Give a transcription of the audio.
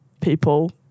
people